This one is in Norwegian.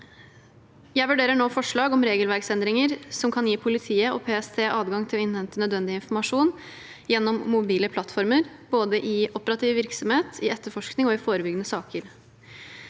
Jeg vurderer nå forslag om regelverksendringer som kan gi politiet og PST adgang til å innhente nødvendig informasjon gjennom mobile plattformer, både i operativ virksomhet, i etterforskning og i forebyggende saker.